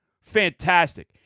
Fantastic